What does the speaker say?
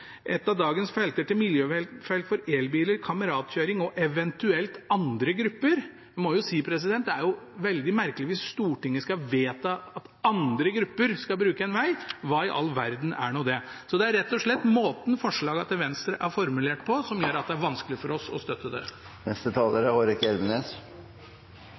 et av dagens felter til «miljøfelt for elbiler, kameratkjøring og eventuelt andre grupper». Jeg må jo si det er veldig merkelig hvis Stortinget skal vedta at «andre grupper» skal bruke en veg. Hva i all verden er nå det? Det er rett og slett måten forslagene til Venstre er formulert på, som gjør at det er vanskelig for oss å støtte dem. Dette er